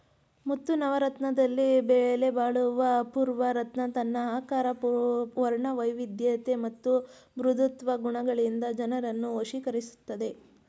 ಮುತ್ತು ನವರತ್ನದಲ್ಲಿ ಬೆಲೆಬಾಳುವ ಅಪೂರ್ವ ರತ್ನ ತನ್ನ ಆಕಾರ ವರ್ಣವೈವಿಧ್ಯತೆ ಮತ್ತು ಮೃದುತ್ವ ಗುಣಗಳಿಂದ ಜನರನ್ನು ವಶೀಕರಿಸ್ತದೆ